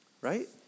Right